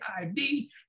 ID